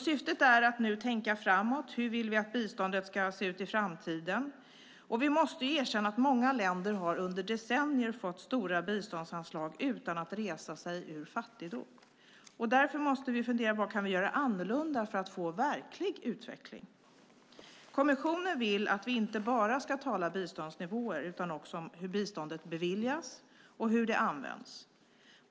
Syftet är att nu tänka framåt: Hur vill vi att biståndet ska se ut i framtiden? Vi måste ju erkänna att många länder under decennier har fått stora biståndsanslag utan att resa sig ur fattigdom. Därför måste vi fundera på vad vi kan göra annorlunda för att få en verklig utveckling. Kommissionen vill att vi inte bara ska tala i termer av biståndsnivåer utan också om hur biståndet beviljas och hur det används.